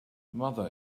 mother